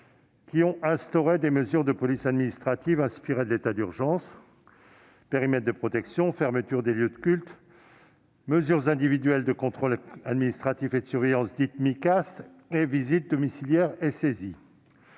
qui ont instauré des mesures de police administrative inspirées de l'état d'urgence : périmètres de protection, fermeture des lieux de culte, mesures individuelles de contrôle administratif et de surveillance, visites domiciliaires et saisies.